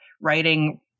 writing